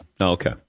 Okay